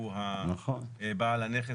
שהוא בעל הנכס,